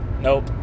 Nope